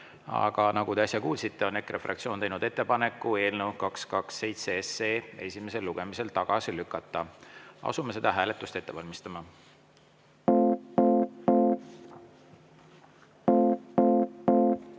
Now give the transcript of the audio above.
aga nagu te äsja kuulsite, on EKRE fraktsioon teinud ettepaneku eelnõu 227 esimesel lugemisel tagasi lükata. Asume seda hääletust ette valmistama. Auväärt